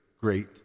great